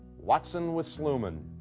watson with sluman.